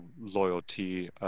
loyalty